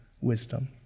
wisdom